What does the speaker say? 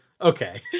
okay